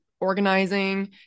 organizing